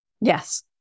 Yes